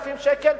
6,000 שקלים,